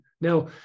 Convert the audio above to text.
Now